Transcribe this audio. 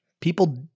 people